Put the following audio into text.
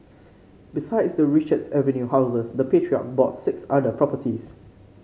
besides the Richards Avenue houses the patriarch bought six other properties